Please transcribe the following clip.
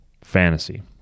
Fantasy